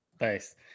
Nice